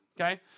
okay